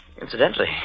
Incidentally